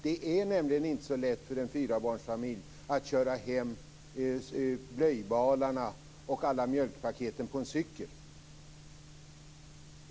Det är nämligen inte så lätt för en fyrabarnsfamilj att på cykel köra hem blöjbalar och alla mjölkpaket.